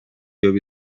یابی